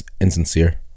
insincere